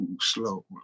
slow